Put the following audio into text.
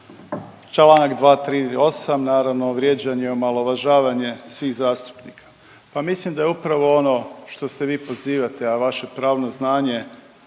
čl. 238. naravno vrijeđanje i omalovažavanje svih zastupnika, pa mislim da je upravo ono što se pozivate, a vaše pravno znanje